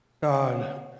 God